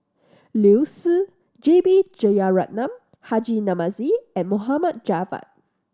Liu Si J B Jeyaretnam Haji Namazie Mohd Javad